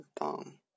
down